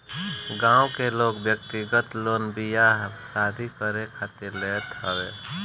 गांव में लोग व्यक्तिगत लोन बियाह शादी करे खातिर लेत हवे